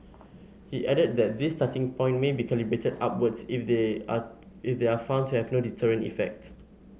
he added that this starting point may be calibrated upwards if they are if they are found to have no deterrent effect